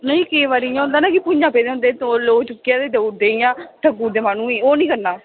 नेईं केई बारी इ'यां होंदा कि भुं'ञा पेदे होंदे लोक चुक्कियै देई औड़दे इ'यां ठगु ओड़दे माह्नू गी ओह् नीं करना